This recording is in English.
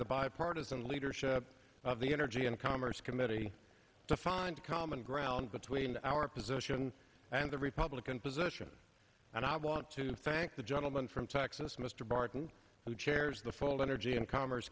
the bipartisan leadership of the energy and commerce committee to find common ground between our position and the republican position and i want to thank the gentleman from texas mr barton who chairs the full energy and commerce